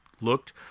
looked